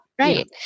Right